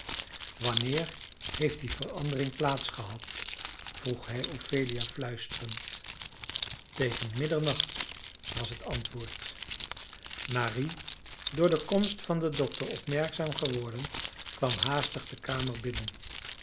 wanneer heeft die verandering plaats gehad vroeg hij ophelia fluisterend tegen middernacht was het antwoord marie door de komst van den dokter opmerkzaam geworden kwam haastig de kamer binnen